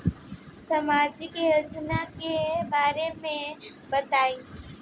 सामाजिक योजना के बारे में बताईं?